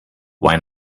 why